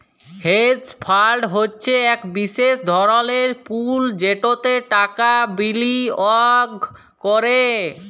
hedge fund হছে ইক বিশেষ ধরলের পুল যেটতে টাকা বিলিয়গ ক্যরে